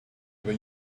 when